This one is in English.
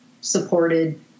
supported